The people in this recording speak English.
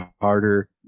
harder